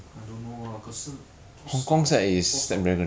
I don't know ah 可是可是多少多少